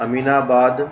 Aminabad